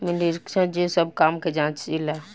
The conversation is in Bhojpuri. निरीक्षक जे सब काम के जांचे ला